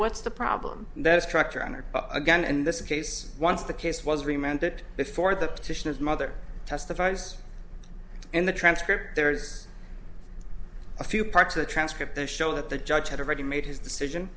what's the problem that structure on her again and this case once the case was remanded before the petition of mother testifies and the transcript there's a few parts of the transcript the show that the judge had already made his decision